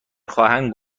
خواهند